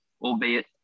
albeit